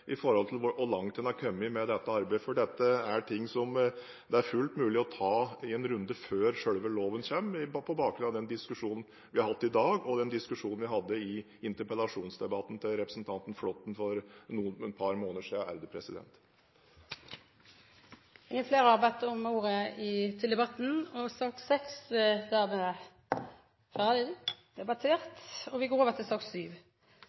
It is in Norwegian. i statsbudsjettet for 2014, kommer jeg til å melde fra om hvor langt man har kommet med dette arbeidet, for dette er ting som det er fullt mulig å ta i en runde før selve loven kommer – på bakgrunn av den diskusjonen vi har hatt i dag, og den diskusjonen vi hadde i forbindelse med interpellasjonen til representanten Flåtten for et par måneder siden. Replikkordskiftet er avsluttet. Flere har ikke bedt om ordet til sak